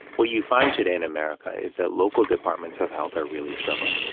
what you find today in america is that local departments of health are really struggling.